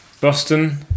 Boston